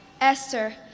Esther